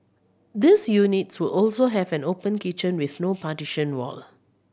these units will also have an open kitchen with no partition wall